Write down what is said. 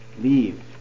Leave